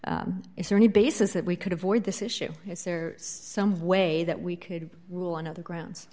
is there any basis that we could avoid this issue is there some way that we could rule on other grounds